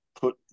put